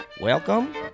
Welcome